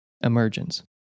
emergence